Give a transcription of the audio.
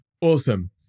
Awesome